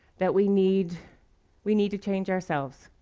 that we need we need to change ourselves.